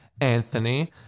Anthony